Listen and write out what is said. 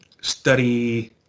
study